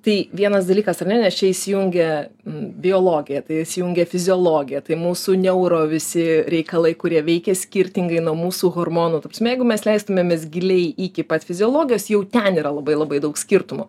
tai vienas dalykas ar ne nes čia įsijungia biologija tai įsijungia fiziologija tai mūsų neuro visi reikalai kurie veikia skirtingai nuo mūsų hormonų ta prasme jeigu mes leistumėmės giliai iki pat fiziologijos jau ten yra labai labai daug skirtumų